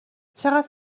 چقدر